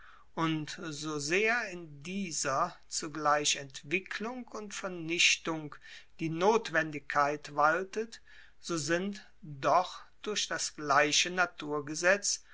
und so sehr in dieser zugleich entwicklung und vernichtung die notwendigkeit waltet so sind doch durch das gleiche naturgesetz